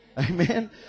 Amen